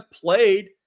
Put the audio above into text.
played